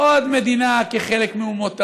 עוד מדינה כחלק מאומות העולם,